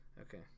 Okay